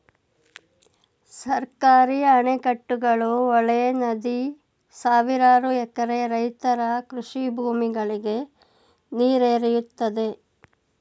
ಸರ್ಕಾರಿ ಅಣೆಕಟ್ಟುಗಳು, ಹೊಳೆ, ನದಿ ಸಾವಿರಾರು ಎಕರೆ ರೈತರ ಕೃಷಿ ಭೂಮಿಗಳಿಗೆ ನೀರೆರೆಯುತ್ತದೆ